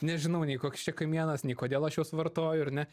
nežinau nei koks čia kamienas nei kodėl aš juos vartoju ar ne